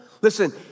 listen